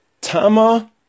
Tama